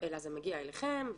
אלא זה מגיע אליכם,